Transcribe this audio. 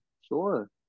sure